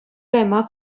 кайма